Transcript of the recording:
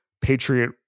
Patriot